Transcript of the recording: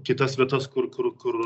kitas vietas kur kur kur